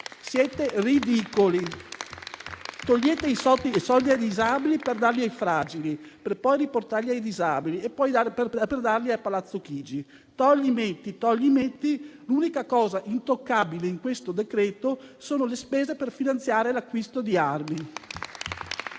Siete ridicoli. Togliete i soldi ai disabili per darli ai fragili, per poi riportarli ai disabili, e darli poi a Palazzo Chigi. Dopo tanto "togli e metti", l'unica cosa intoccabile in questo decreto-legge sono le spese per finanziare l'acquisto di armi.